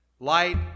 light